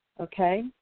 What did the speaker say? Okay